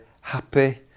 happy